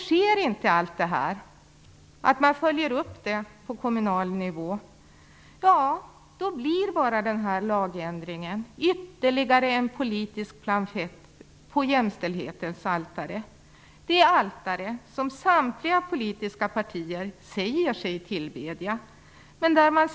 Sker inte allt detta och om man inte följer upp det på kommunal nivå, blir lagändringen bara ytterligare en politisk pamflett på jämställdhetens altare - det altare som samtliga politiska partier säger sig tillbedja.